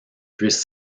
puisse